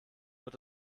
wird